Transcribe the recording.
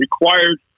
required